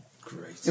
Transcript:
Great